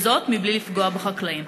וזאת בלי לפגוע בחקלאים?